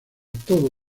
todo